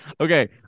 Okay